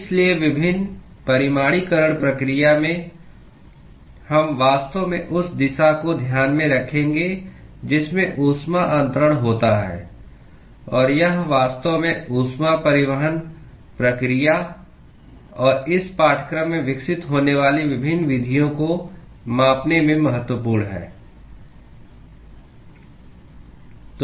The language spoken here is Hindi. इसलिए विभिन्न परिमाणीकरण प्रक्रिया में हम वास्तव में उस दिशा को ध्यान में रखेंगे जिसमें ऊष्मा अंतरण होता है और यह वास्तव में ऊष्मा परिवहन प्रक्रिया और इस पाठ्यक्रम में विकसित होने वाली विभिन्न विधियों को मापने में महत्वपूर्ण है